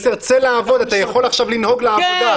המסר הוא צא לעבוד, אתה יכול עכשיו לנהוג לעבודה.